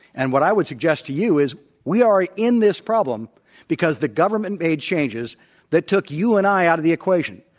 and what i would suggest to you is we are in this problem because the government made changes that took you and i out of the equation.